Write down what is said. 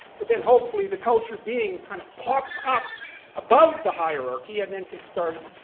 but then hopefully the cultured being kind of pops up above the hierarchy and then can start,